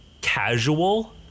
casual